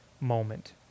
moment